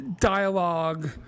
dialogue